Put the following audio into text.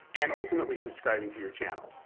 and ultimately subscribing to your channel.